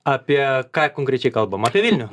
apie ką konkrečiai kalbam apie vilnių